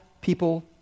people